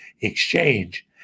exchange